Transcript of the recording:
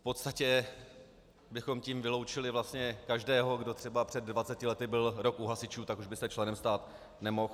V podstatě bychom tím vyloučili vlastně každého, kdo třeba před dvaceti lety byl rok u hasičů, tak už by se členem stát nemohl.